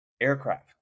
aircraft